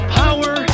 power